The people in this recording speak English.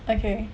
okay